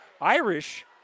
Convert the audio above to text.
Irish